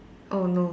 oh no